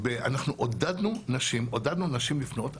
אנחנו עודדנו נשים לפנות.